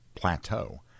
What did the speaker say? Plateau